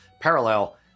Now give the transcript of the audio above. parallel